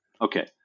okay